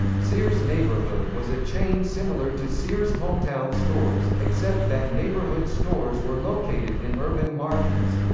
sears neighborhood was a chain similar to sears hometown stores, except that neighborhood stores were located in urban markets.